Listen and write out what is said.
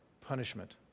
punishment